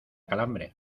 calambre